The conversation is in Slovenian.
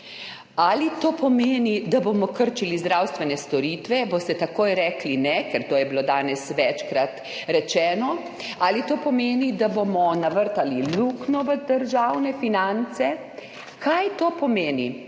Ali to pomeni, da bomo krčili zdravstvene storitve? Boste takoj rekli ne, ker to je bilo danes večkrat rečeno. Ali to pomeni, da bomo navrtali luknjo v državne finance? Kaj to pomeni?